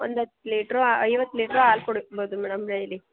ಒಂದು ಹತ್ತು ಲೀಟ್ರು ಐವತ್ತು ಲೀಟ್ರು ಹಾಲ್ ಕೊಡಿಸ್ಬೋದು ಮೇಡಮ್ ಡೈಲಿ